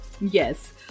Yes